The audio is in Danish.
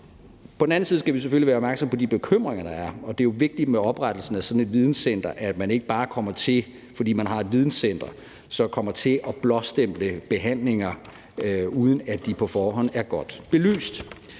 På den anden side skal vi selvfølgelig være opmærksomme på de bekymringer, der er, og det er jo vigtigt ved oprettelsen af sådan et videncenter, at man ikke bare kommer til, fordi man har et videncenter, at blåstemple behandlinger, uden at de på forhånd er godt belyst.